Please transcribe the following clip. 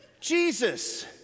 Jesus